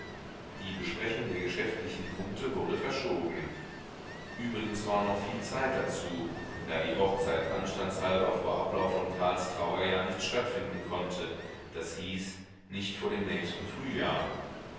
die besprechung der geschäftlichen punkte wurde verschoben übrigens war noch viel zeit dazu da die hochzeit anstandshalber vor ablauf von karls trauerjahr nicht stattfinden konnte das hieß nicht vor dem nächsten frühjahr